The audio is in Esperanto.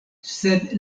sed